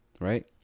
right